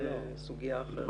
אומר כמה